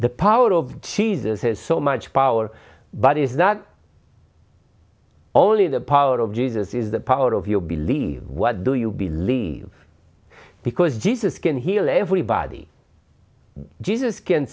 the power of jesus has so much power but it's not only the power of jesus is the power of your believe what do you believe because jesus can heal everybody jesus can